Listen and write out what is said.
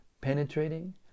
penetrating